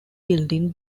building